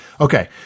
Okay